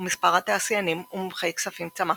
ומספר התעשיינים ומומחי כספים צמח.